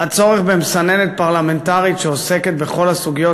הצורך במסננת פרלמנטרית שעוסקת בכל הסוגיות